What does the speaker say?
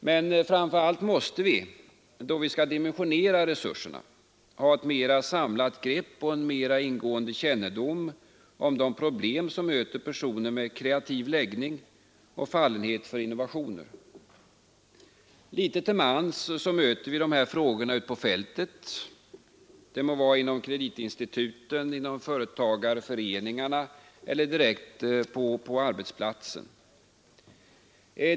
Men framför allt måste vi, då vi skall dimensionera resurserna, ha ett mera samlat grepp och en mera ingående kännedom om de problem som möter personer med kreativ läggning och fallenhet för innovationer. Litet till mans möter vi de här frågorna ute på fältet — det må vara inom kreditinstituten, inom företagarföreningarna eller direkt på arbetsplatsen.